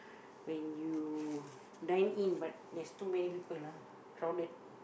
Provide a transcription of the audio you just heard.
when you dine in but there's too many people ah crowded